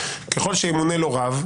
ככל שימונה לו רב,